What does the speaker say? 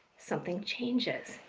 something changes.